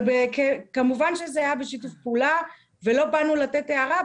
אבל כמובן שזה היה בשיתוף פעולה ולא באנו לתת הערה,